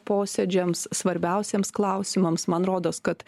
posėdžiams svarbiausiems klausimams man rodos kad